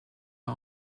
are